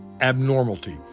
abnormality